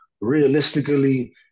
realistically